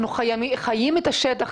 אנחנו חיים את השטח.